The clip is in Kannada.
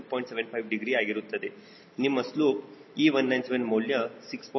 75 ಡಿಗ್ರಿ ಆಗಿರುತ್ತದೆ ನಿಮ್ಮ ಸ್ಲೋಪ್ E197 ಮೌಲ್ಯ 6